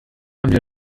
wieder